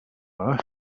know